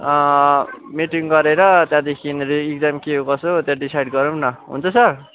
meeting गरेर त्यहाँदेखिन revision के हो कसो हो त्यो डिसाइड गरौँ न हुन्छ सर